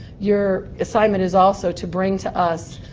your assignment is also to bring to us